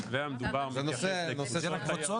זה רק קבוצות?